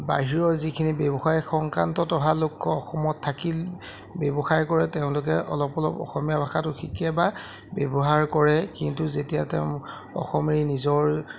বাহিৰৰ যিখিনি ব্যৱসায় সংক্ৰান্তত অহা লোক অসমত থাকি ব্যৱসায় কৰে তেওঁলোকে অলপ অলপ অসমীয়া ভাষাটো শিকে বা ব্যৱহাৰ কৰে কিন্তু যেতিয়া তেওঁ অসম এৰি নিজৰ